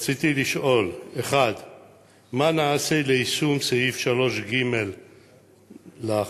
רציתי לשאול: 1. מה נעשה ליישום סעיף 3(ג) להחלטה?